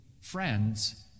friends